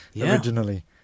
originally